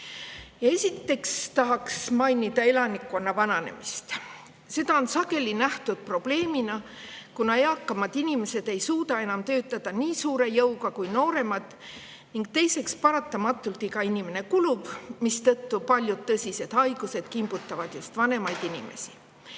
Esiteks tahan mainida elanikkonna vananemist. Seda on sageli nähtud probleemina, kuna eakamad inimesed ei suuda enam töötada nii suure jõuga kui nooremad. Ning teiseks, paratamatult iga inimene kulub, mistõttu paljud tõsised haigused kimbutavad just vanemaid inimesi.